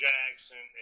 Jackson